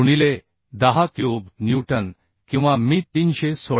गुणिले 10 cube newton किंवा मी 316